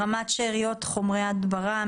רמת שאריות חומרי ההדברה,